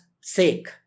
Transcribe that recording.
sake